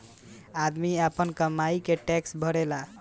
आदमी आपन कमाई के टैक्स भरेला